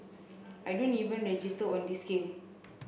I don't even register on this scale